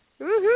Woohoo